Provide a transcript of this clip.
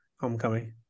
Homecoming